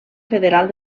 federal